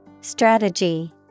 Strategy